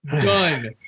done